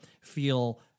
feel